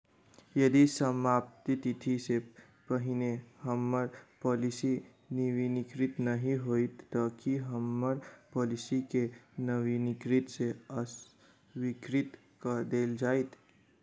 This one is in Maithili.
यदि समाप्ति तिथि सँ पहिने हम्मर पॉलिसी नवीनीकृत नहि होइत तऽ की हम्मर पॉलिसी केँ नवीनीकृत सँ अस्वीकृत कऽ देल जाइत?